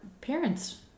parents